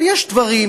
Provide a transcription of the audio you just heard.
אבל יש דברים,